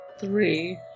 Three